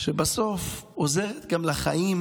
שבסוף גם עוזרת לחיים